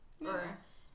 Yes